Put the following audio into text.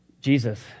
Jesus